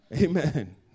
Amen